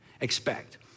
expect